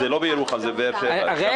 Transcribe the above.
זה לא בירוחם, זה בבאר שבע.